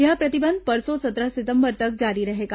यह प्रतिबंध परसों सत्रह सितंबर तक जारी रहेगा